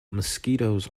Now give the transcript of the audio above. mosquitoes